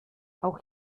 auch